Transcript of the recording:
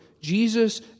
Jesus